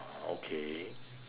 ah okay